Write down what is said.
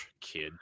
kid